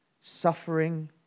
suffering